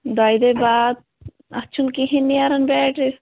دۄیہِ دۅہۍ بعد اَتھ چھُ نہٕ کِہیٖنٛۍ نیران بیٹری